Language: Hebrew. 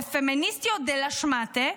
ו"פמיניסטיות דה-לה-שמאטע",